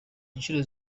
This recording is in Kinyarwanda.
inshuro